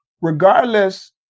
regardless